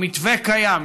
המתווה קיים,